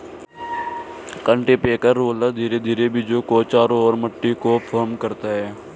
cultipacker roller धीरे धीरे बीजों के चारों ओर मिट्टी को फर्म करता है